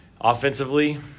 Offensively